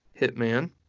Hitman